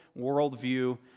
worldview